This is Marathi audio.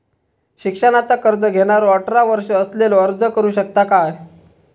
शिक्षणाचा कर्ज घेणारो अठरा वर्ष असलेलो अर्ज करू शकता काय?